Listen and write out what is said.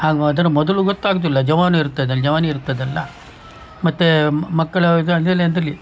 ಹಾಗೂ ಅದರ ಮೊದಲು ಗೊತ್ತಾಗೋದಿಲ್ಲ ಜವಾನ ಇರ್ತದ ಜವಾನ ಇರ್ತದಲ್ಲ ಮತ್ತೆ ಮಕ್ಕಳ ಅದರಲ್ಲಿ ಅದರಲ್ಲಿ